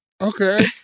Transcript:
Okay